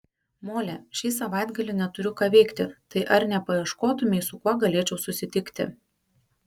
mole šį savaitgalį neturiu ką veikti tai ar nepaieškotumei su kuo galėčiau susitikti